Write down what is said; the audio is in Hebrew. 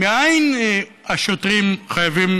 מאין השוטרים חייבים